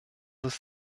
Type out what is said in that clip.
ist